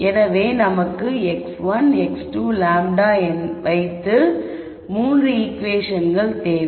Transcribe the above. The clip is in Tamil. எனவே நமக்கு x1 x2 and λ வைத்து 3 ஈகுவேஷன்கள் தேவை